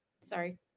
Sorry